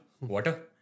water